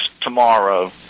tomorrow